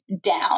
down